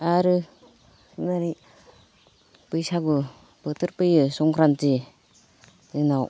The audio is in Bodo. आरो ओरै बैसागु बोथोर फैयो संक्रान्थि जोंनाव